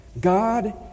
God